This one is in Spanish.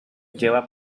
lleva